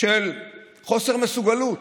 של חוסר מסוגלות.